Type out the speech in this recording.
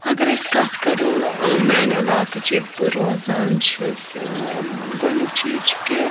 اگر أسۍ کَتھ کَرو ٲں میانہِ علاقٕچ ییٚتہِ بہٕ روزان چھَس ٲں گۄڈٕنیُک چیٖز چھُ کہِ